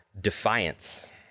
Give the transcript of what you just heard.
Defiance